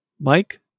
Mike